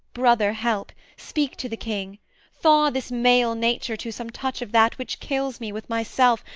brother, help speak to the king thaw this male nature to some touch of that which kills me with myself,